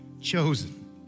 chosen